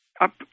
Up